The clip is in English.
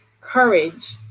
courage